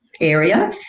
area